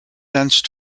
thence